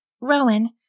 Rowan